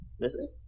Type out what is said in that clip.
Listen